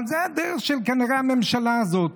אבל זאת כנראה הדרך של הממשלה הזאת.